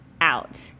out